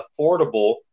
affordable